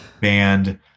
band